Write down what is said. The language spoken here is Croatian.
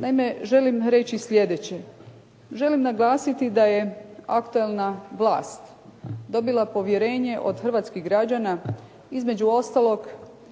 Naime želim reći slijedeće. Želim naglasiti da je aktuelna vlast dobila povjerenje od hrvatskih građana, između ostalog